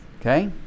Okay